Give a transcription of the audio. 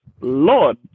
Lord